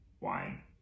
wine